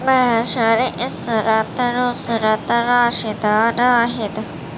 Mahshar Ishrat Nusrat Rashida Nahid